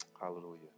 Hallelujah